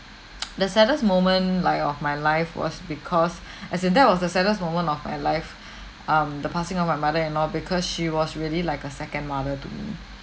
the saddest moment like of my life was because as in that was the saddest moment of my life um the passing of my mother-in-law because she was really like a second mother to me